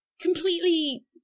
Completely